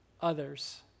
others